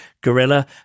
gorilla